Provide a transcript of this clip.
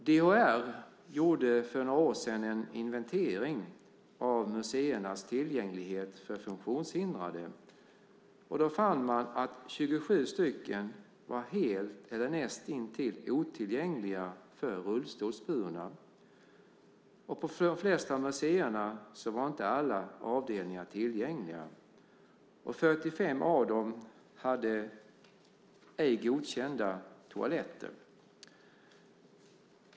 DHR gjorde för några år sedan en inventering av museernas tillgänglighet för funktionshindrade. Då fann man att 27 stycken var helt eller näst intill otillgängliga för rullstolsburna. På de flesta av museerna var inte alla avdelningar tillgängliga. 45 av dem hade ej godkända toaletter.